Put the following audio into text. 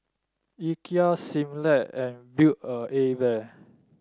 Ikea Similac and Build a A Bear